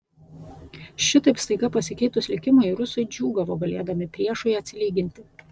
šitaip staiga pasikeitus likimui rusai džiūgavo galėdami priešui atsilyginti